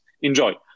enjoy